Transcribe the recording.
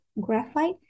graphite